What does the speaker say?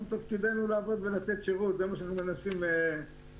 תפקידנו לעבוד ולתת שירות וזה מה שאנחנו מנסים לעשות.